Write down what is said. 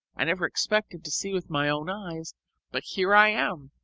i never expected to see with my own eyes but here i am!